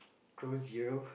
Crows Zero